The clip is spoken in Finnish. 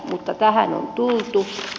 mutta tähän on tultu